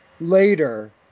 later